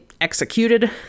executed